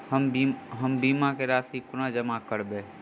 हम बीमा केँ राशि कोना जमा करबै?